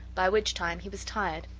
by which time he was tired,